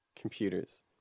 computers